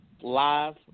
live